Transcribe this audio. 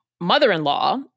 mother-in-law